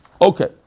Okay